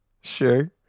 sure